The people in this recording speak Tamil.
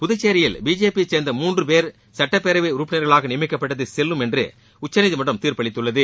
புதுச்சேரியில் பிஜேபி யை சேர்ந்த மூன்று பேர் சட்டப்பேரவை உறுப்பினர்களாக நியமிக்கப்பட்டது செல்லும் என்று உச்சநீதிமன்றம் தீர்ப்பளித்துள்ளது